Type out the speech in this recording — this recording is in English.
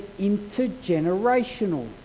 intergenerational